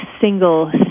single